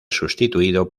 sustituido